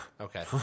okay